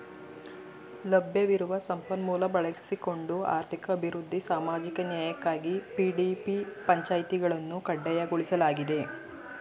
ಲಭ್ಯವಿರುವ ಸಂಪನ್ಮೂಲ ಬಳಸಿಕೊಂಡು ಆರ್ಥಿಕ ಅಭಿವೃದ್ಧಿ ಸಾಮಾಜಿಕ ನ್ಯಾಯಕ್ಕಾಗಿ ಪಿ.ಡಿ.ಪಿ ಪಂಚಾಯಿತಿಗಳನ್ನು ಕಡ್ಡಾಯಗೊಳಿಸಲಾಗಿದೆ